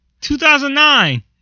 2009